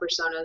personas